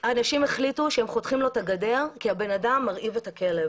אנשים החליטו שהם חותכים לו את הגדר כי הבן-אדם מרעיב את הכלב.